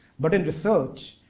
but in research,